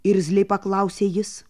irzliai paklausė jis